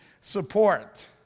support